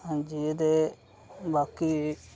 हां जी ते बाकी